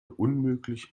unmöglich